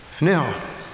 Now